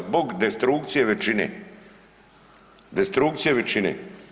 Zbog destrukcije većine, destrukcije većine.